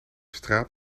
straat